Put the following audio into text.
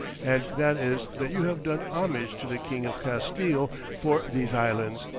and that is that you have done homage to the king of castille for these islands,